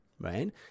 right